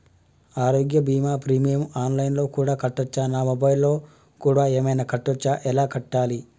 ఆరోగ్య బీమా premium online లో కూడా కట్టచ్చా? నా మొబైల్లో కూడా ఏమైనా కట్టొచ్చా? ఎలా కట్టాలి?